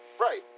Right